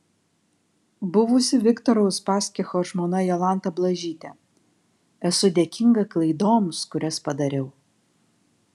buvusi viktoro uspaskicho žmona jolanta blažytė esu dėkinga klaidoms kurias padariau